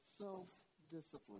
self-discipline